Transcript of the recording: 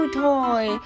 toy